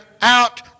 out